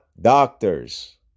doctors